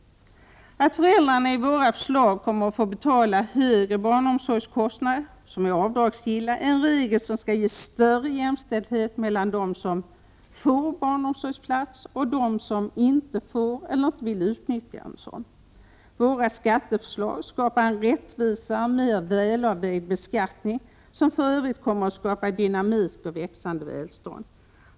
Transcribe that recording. Att föräldrarna enligt våra förslag kommer att få betala högre barnomsorgskostnader, som är avdragsgilla, är en regel som skall ge större jämställdhet mellan dem som får barnomsorgsplats och dem som inte får det eller inte vill utnyttja en sådan. Våra skatteförslag skapar en rättvisare, en mera välavvägd beskattning, som för övrigt kommer att skapa dynamik och växande välstånd.